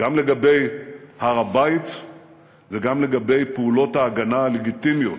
גם לגבי הר-הבית וגם לגבי פעולות ההגנה הלגיטימיות